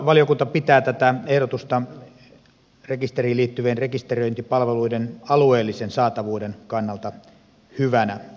valiokunta pitää tätä ehdotusta rekisteriin liittyvien rekisteröintipalveluiden alueellisen saatavuuden kannalta hyvänä